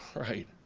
right?